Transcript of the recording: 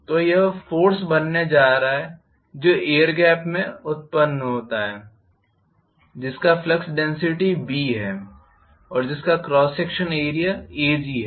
तो यह वह फोर्स बनने जा रहा है जो एयर गेप में उत्पन्न होता है जिसका फ्लक्स डेन्सिटी B है और जिसका क्रॉस सेक्शन एरिया Ag है